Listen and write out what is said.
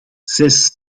zes